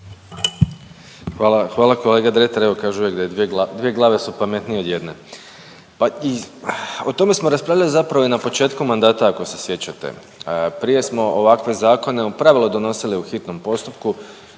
Hvala kolega Dretar evo kažu da je dvije glave su pametnije od jedne. Pa i o tome smo raspravljali zapravo i na početku mandata ako se sjećate. Prije smo ovakve zakone u pravilu donosili u hitnom postupku